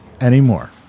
anymore